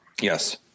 Yes